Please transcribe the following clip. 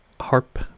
harp